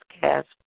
cast